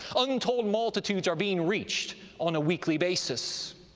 untold multitudes are being reached on a weekly basis,